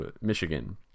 Michigan